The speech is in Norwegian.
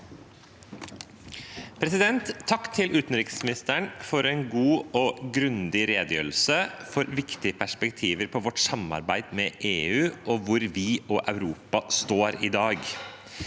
Takk til utenriks- ministeren for en god og grundig redegjørelse og for viktige perspektiver på vårt samarbeid med EU og på hvor vi og Europa står i dag.